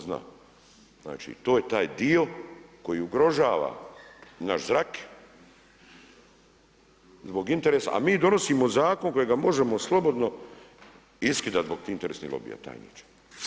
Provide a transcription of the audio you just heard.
Znači to je taj dio koji ugrožava naš zrak, zbog interesa, a mi donosimo zakon kojega možemo slobodno iskidati zbog tih interesnih lobija, tajniče.